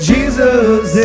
Jesus